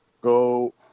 Go